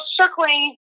circling